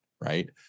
Right